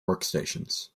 workstations